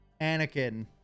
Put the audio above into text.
anakin